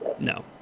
no